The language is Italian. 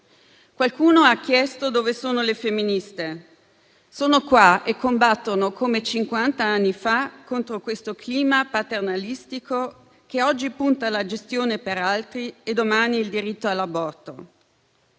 Qualcuno ha chiesto dove sono le femministe. Sono qua e combattono come cinquant'anni fa contro questo clima paternalistico che oggi punta la gestazione per altri e domani il diritto all'aborto.